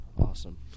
Awesome